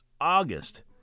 August